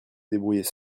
débrouiller